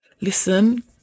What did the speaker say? listen